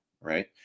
right